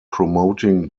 promoting